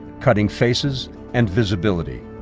cutting faces and visibility.